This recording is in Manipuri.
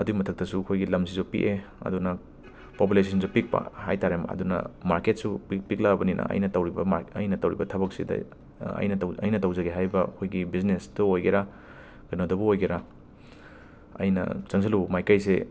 ꯑꯗꯨꯒꯤ ꯃꯊꯛꯇꯁꯨ ꯑꯩꯈꯣꯏꯒꯤ ꯂꯝꯁꯤꯁꯨ ꯄꯤꯛꯑꯦ ꯑꯗꯨꯅ ꯄꯣꯄꯨꯂꯦꯁꯟꯁꯨ ꯄꯤꯛꯄ ꯍꯥꯏꯇꯥꯔꯦ ꯑꯗꯨꯅ ꯃꯥꯔꯀꯦꯠꯁꯨ ꯄꯤꯛ ꯄꯤꯛꯂꯛꯑꯕꯅꯤꯅ ꯑꯩꯅ ꯇꯧꯔꯤꯕ ꯃꯥꯔ ꯑꯩꯅ ꯇꯧꯔꯤꯕ ꯊꯕꯛꯁꯤꯗ ꯑꯩꯅ ꯇꯧ ꯑꯩꯅ ꯇꯧꯖꯒꯦ ꯍꯥꯏꯕ ꯑꯩꯈꯣꯏꯒꯤ ꯕꯤꯖꯅꯦꯁꯇ ꯑꯣꯏꯒꯦꯔ ꯀꯩꯅꯣꯗꯕꯨ ꯑꯣꯏꯒꯦꯔ ꯑꯩꯅ ꯆꯪꯁꯤꯜꯂꯨꯕ ꯃꯥꯏꯀꯩꯁꯦ